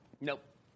Nope